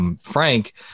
Frank